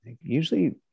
usually